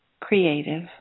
creative